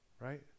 right